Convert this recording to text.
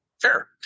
Sure